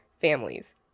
families